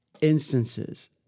instances